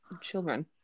children